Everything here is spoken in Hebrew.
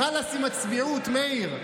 חלאס עם הצביעות, מאיר.